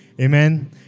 Amen